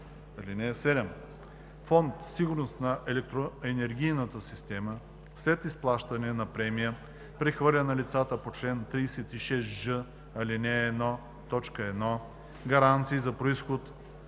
(7) Фонд „Сигурност на електроенергийната система“ след изплащане на премия прехвърля на лицата по чл. 36ж, ал. 1, т. 1 гаранции за произход